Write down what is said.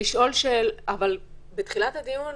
אבל בתחילת הדיון